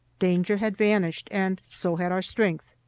danger had vanished, and so had our strength.